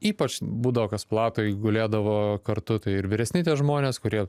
ypač būdavo kas palatoj gulėdavo kartu tai ir vyresni tie žmonės kurie